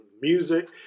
music